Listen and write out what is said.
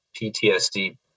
PTSD